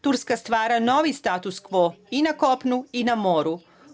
Turska stvara novi status kvo i na kopnu i na moru.